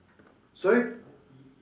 sorry